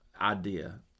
idea